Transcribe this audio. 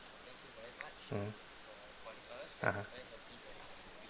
mmhmm (uh huh)